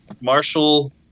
Marshall